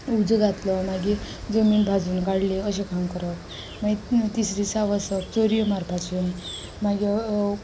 उजो घातलो मागीर जमीन भाजून काडली अशें काम करप मागीर तिसरे दिसा वसप चोरयो मारपाचें मागीर